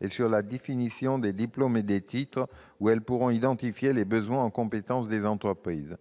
et pour la définition des diplômes et des titres ; elles pourront identifier les besoins en compétences des entreprises.